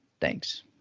Thanks